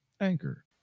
Anchor